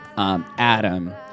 Adam